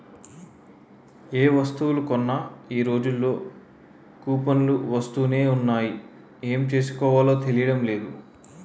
ఏ వస్తువులు కొన్నా ఈ రోజుల్లో కూపన్లు వస్తునే ఉన్నాయి ఏం చేసుకోవాలో తెలియడం లేదు